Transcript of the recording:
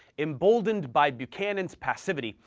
emboldened by buchanan's passivity,